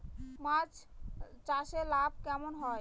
মাছ চাষে লাভ কেমন হয়?